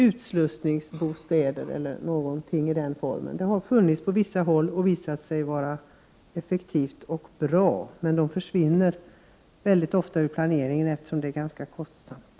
På vissa håll har det funnits utslussningsbostäder. Det har visat sig vara ett effektivt och bra sätt att lösa problemen. Sådana utslussningsbostäder försvinner emellertid ofta ur planeringen, eftersom det är en ganska kostsam lösning.